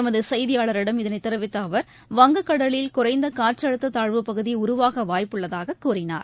எமதுசெய்தியாளரிடம் இதனைத் தெரிவித்தஅவர் வங்கக் கடலில் குறைந்தகாற்றழுத்ததாழ்வுப் பகுதிஉருவாகவாய்ப்புள்ளதாககூறினார்